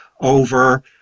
over